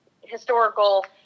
historical